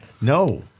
No